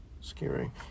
scary